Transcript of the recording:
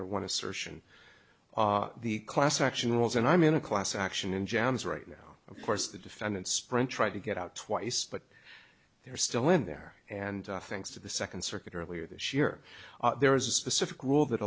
alligator want to certain are the class action rules and i'm in a class action in jams right now of course the defendant sprint tried to get out twice but they're still in there and thanks to the second circuit earlier this year there is a specific rule that